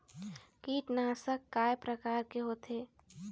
कीटनाशक कय प्रकार के होथे?